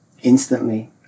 Instantly